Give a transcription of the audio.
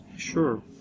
Sure